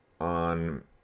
on